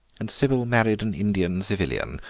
and sybil married an indian civilian.